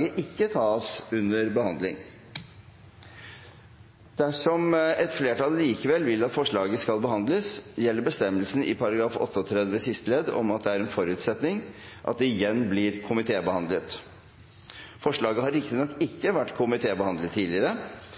det «ikke tas under behandling». Dersom et flertall likevel vil at forslaget skal behandles, gjelder bestemmelsen i § 38 siste ledd om at det er en forutsetning at «det igjen blir komitébehandlet». Forslaget har riktignok ikke vært komitébehandlet tidligere,